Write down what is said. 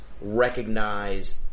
recognize